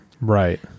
right